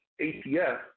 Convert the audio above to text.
ATF